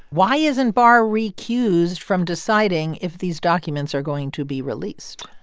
why isn't barr recused from deciding if these documents are going to be released?